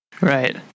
Right